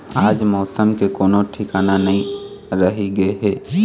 आज मउसम के कोनो ठिकाना नइ रहि गे हे